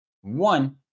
One